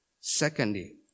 Secondly